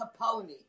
Capone